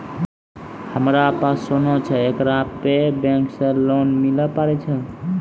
हमारा पास सोना छै येकरा पे बैंक से लोन मिले पारे छै?